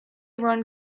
run